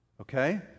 Okay